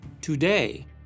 Today